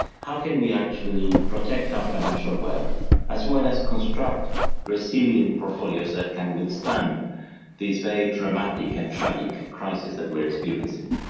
how can we actually protect our financial world as well as construct resilient portfolios that can withstand these very dramatic and tragic crisis that we're experiencing.